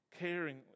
caringly